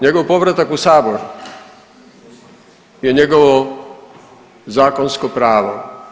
Njegov povratak u Sabor je njegovo zakonsko pravo.